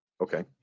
Okay